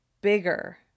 bigger